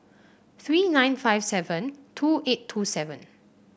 three nine five seven two eight two seven